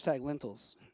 lentils